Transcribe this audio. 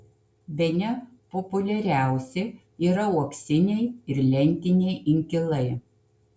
bene populiariausi yra uoksiniai ir lentiniai inkilai